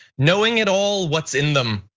knowing it all what's in them.